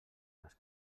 les